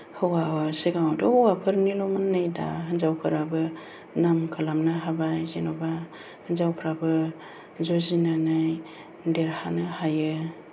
हौवा सिगाङावथ' हौवाफोरनिल'मोन नै दा हिनजावफोराबो नाम खालामनो हाबाय जेन'बा हिनजावफ्राबो जुजिनानै देरहानो हायो